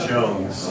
Jones